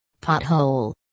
Pothole